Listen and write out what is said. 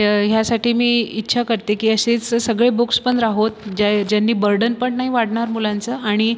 तर ह्यासाठी मी इच्छा करते की असेच सगळे बुक्स पण राहोत ज्या ज्यांनी बर्डन पण नाही वाढणार मुलांचं आणि